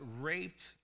raped